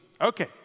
Okay